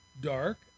dark